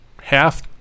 half